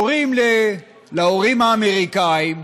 קוראים להורים האמריקאים,